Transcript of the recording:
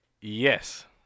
Yes